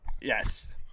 Yes